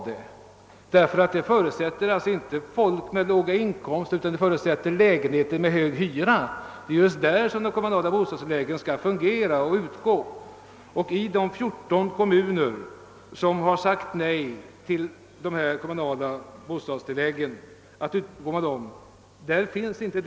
Det förutsätter inte enbart folk med låga inkomster utan lägenheter med hög hyra. Det är där de kommunala bostadstilläggen skall utgå. I de 14 kommuner som sagt nej till att utbekomma kommunala bostadstillägg föreligger inte detta behov.